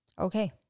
Okay